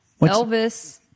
Elvis